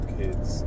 kids